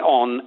on